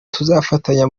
tuzafatanya